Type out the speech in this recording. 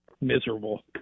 miserable